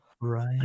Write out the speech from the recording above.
right